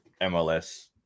MLS